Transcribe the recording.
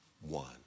one